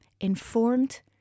informed